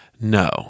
no